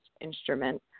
instrument